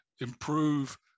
improve